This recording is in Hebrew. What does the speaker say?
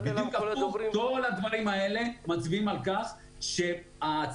כל הדברים האלה מצביעים על כך שההצעה